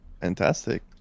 Fantastic